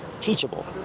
teachable